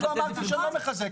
אני לא אמרתי שאני לא מחזק.